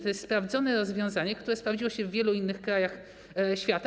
To jest sprawdzone rozwiązanie, które sprawdziło się w wielu innych krajach świata.